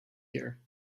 here